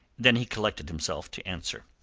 then he collected himself to answer.